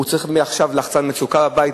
הוא צריך מעכשיו לחצן מצוקה בבית.